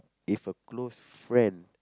if a close friend